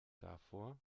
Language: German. davor